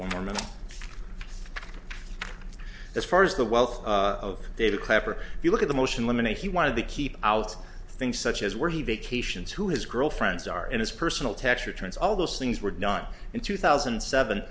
one more minute as far as the wealth of data clever if you look at the motion women he wanted to keep out things such as where he vacations who his girlfriends are in his personal tax returns all those things were not in two thousand and seven